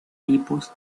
tipos